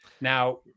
Now